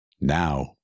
Now